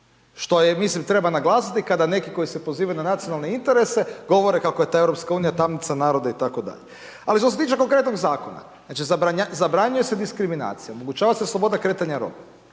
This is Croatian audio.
što je, mislim, treba naglasiti kada neki koji se pozivaju na nacionalne interese, govore kako je ta EU tamnica naroda itd. Ali što se tiče konkretnog zakona, znači, zabranjuje se diskriminacije, omogućava se sloboda kretanja Roma,